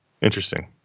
interesting